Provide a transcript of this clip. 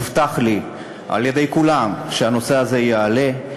הובטח לי על-ידי כולם שהנושא הזה יעלה,